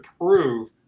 prove